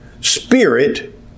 spirit